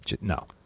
No